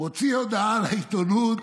מוציא הודעה לעיתונות,